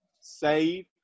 save